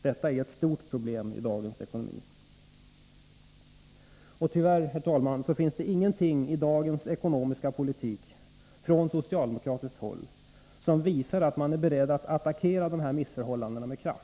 Detta är ett stort problem i dagens ekonomi. Tyvärr finns det inget i dagens ekonomiska politik från socialdemokratiskt håll som visar att man är beredd att med kraft attackera dessa missförhållanden.